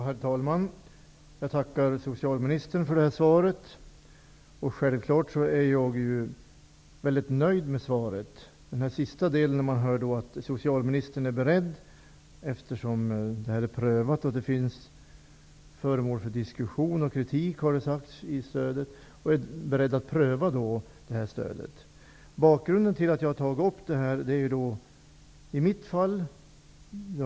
Herr talman! Jag tackar socialministern för svaret. Självfallet är jag väldigt nöjd med svaret. I slutet av detta sägs det att socialministern är beredd -- trots att frågan om bilstödet har varit föremål såväl för prövning som för diskussion och kritik -- att pröva frågan. Det har nämnts att ca 14 000 personer redan har utnyttjat stödet.